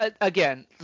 again